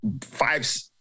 five